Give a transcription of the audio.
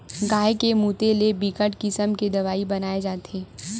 गाय के मूते ले बिकट किसम के दवई बनाए जाथे